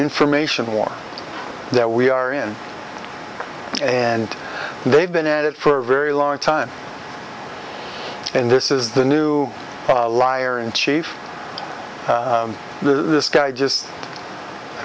information war that we are in and they've been at it for very long time and this is the new liar in chief this guy just i